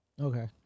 okay